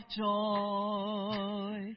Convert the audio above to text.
joy